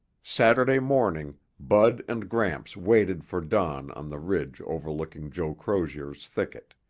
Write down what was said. saturday morning, bud and gramps waited for dawn on the ridge overlooking joe crozier's thicket.